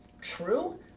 True